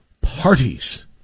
parties